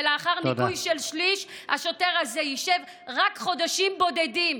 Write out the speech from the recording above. ולאחר ניכוי של שליש השוטר הזה ישב רק חודשים בודדים.